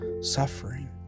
suffering